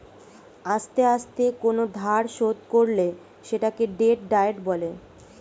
আস্তে আস্তে কোন ধার শোধ করলে সেটাকে ডেট ডায়েট বলে